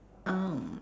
um